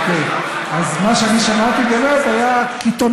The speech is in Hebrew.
אוקיי, אז מה שאני שמעתי, באמת, היה קיתונות,